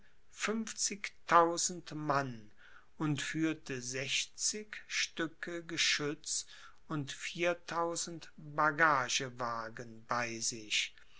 mann und führte sechzig stücke geschütz und viertausend bagagewagen bei sich